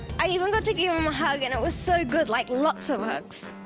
i even got to give him a hug and it was so good like lots of hugs.